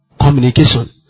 Communication